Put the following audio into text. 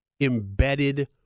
embedded